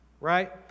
Right